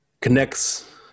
connects